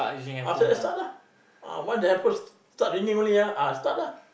after that that start lah ah once the handphone start ringing only ah ah start lah